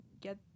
get